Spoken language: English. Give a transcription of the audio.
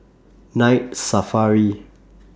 Night Safari